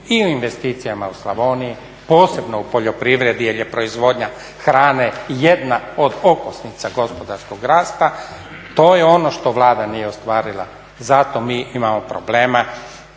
i investicijama u Slavoniji, posebno u poljoprivredi jer je proizvodnja hrane jedna od okosnica gospodarskog rasta to je ono što Vlada nije ostvarila, zato mi imamo probleme